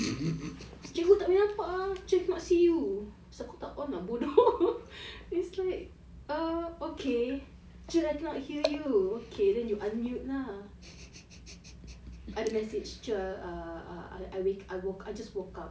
cikgu tak boleh nampak ah cher cannot see you pasal aku tak on lah bodoh its like err okay teacher cannot hear you then you unmute lah ada message cher I just woke up